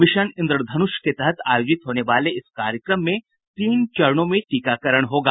mission Indradhanush के तहत आयोजित होने वाले इस कार्यक्रम में तीन चरणों में टीकाकरण होगा